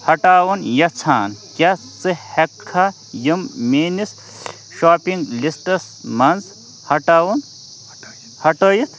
ہٹاوُن یژھان کیٛاہ ژٕ ہیٚکہِ کھا یِم میٛٲنِس شوٛاپِنٛگ لِسٹَس منٛز ہٹاوُن ہٹٲیِتھ